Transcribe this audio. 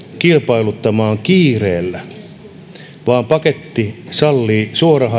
kilpailuttamaan kiireellä vaan paketti sallii suoraharkinnan jatkamisen